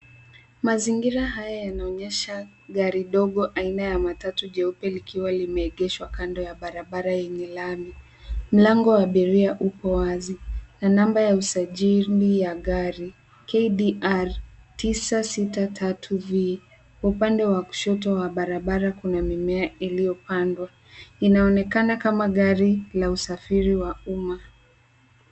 Mazingira haya yanaonyesha gari dogo aina ya matatu jeupe likiwa limeegeshwa kando ya barabara yenye lami. Mlango wa abiria upo wazi na namba ya usajili ya gari KDR 9 6 3 V. Kwa upande wa kushoto wa barabara kuna mimea iliyopandwa. Inaonekana kama gari la usafiri wa umma.